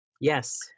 Yes